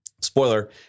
spoiler